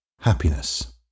happiness